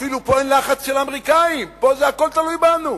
פה אפילו אין לחץ של האמריקנים, פה הכול תלוי בנו.